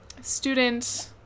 student